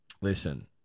Listen